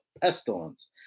pestilence